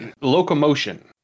locomotion